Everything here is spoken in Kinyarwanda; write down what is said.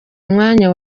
umwanya